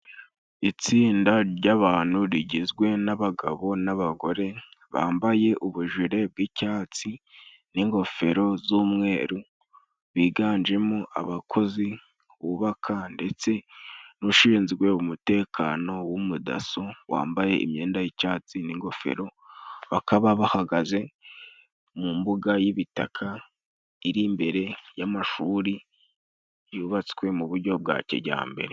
Itsinda ry'abantu rigizwe n'abagabo n'abagore bambaye ubujire bw'icyatsi ,n'ingofero z'umweru biganjemo abakozi bubaka ndetse n'ushinzwe umutekano w'umudaso wambaye imyenda y'icyatsi n'ingofero. Bakaba bahagaze mu mbuga y'ibitaka iri imbere y'amashuri yubatswe mu buryo bwa kijyambere.